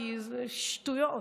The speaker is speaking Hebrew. כי זה שטויות.